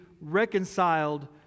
reconciled